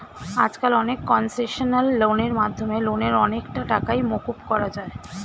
আজকাল অনেক কনসেশনাল লোনের মাধ্যমে লোনের অনেকটা টাকাই মকুব করা যায়